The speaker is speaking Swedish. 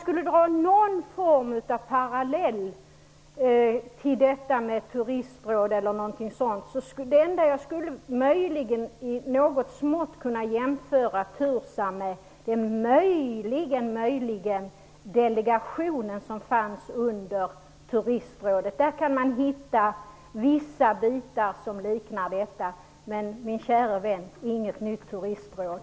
Den enda parallell som jag i något mått skulle kunna göra mellan TURSAM och Turistrådet eller någonting sådant är möjligen möjligen delegationen som fanns under Turistrådet. Där kan man hitta vissa bitar som liknar TURSAM. Men, min käre vän, inget nytt turistråd!